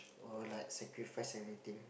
or like sacrifice anything